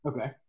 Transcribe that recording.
Okay